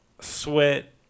sweat